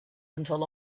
until